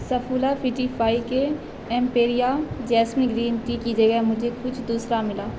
سفولا فٹیفائی کے ایمپیریا جیسمیلین ٹی کی جگہ مجھے کچھ دوسرا ملا